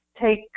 take